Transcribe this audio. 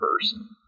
person